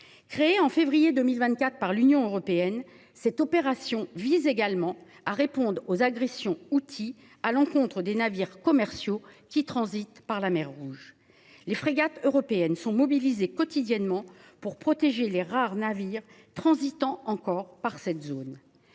créée en février 2024 par l’Union européenne, vise aussi à répondre aux agressions houthies à l’encontre des navires commerciaux qui transitent par la mer Rouge. Les frégates européennes sont mobilisées quotidiennement pour protéger les rares navires transitant encore par cette zone,